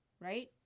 right